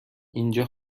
اینجا